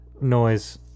noise